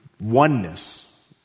oneness